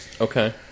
Okay